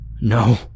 No